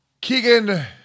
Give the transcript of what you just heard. Keegan